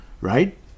right